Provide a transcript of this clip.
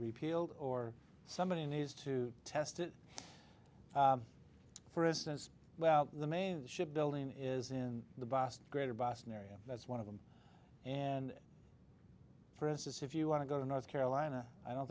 repealed or somebody needs to test it for instance well the main the shipbuilding is in the boston greater boston area that's one of them and for us is if you want to go to north carolina i don't